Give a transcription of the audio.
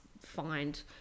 find